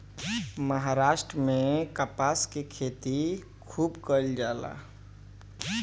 महाराष्ट्र में कपास के खेती खूब कईल जाला